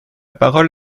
parole